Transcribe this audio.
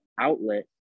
outlet